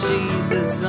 Jesus